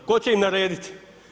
Tko će im narediti?